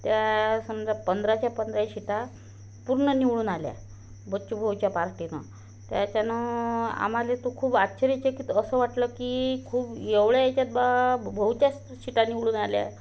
त्या समजा पंधराच्या पंधरा शीटा पूर्ण निवडून आल्या बच्चूभाऊच्या पार्टीनं त्याच्यानं आम्हाला तर खूप आश्चर्यचकित असं वाटलं की खूप एवढ्या याच्यात बा भाऊच्याच शीटा निवडून आल्या